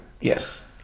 Yes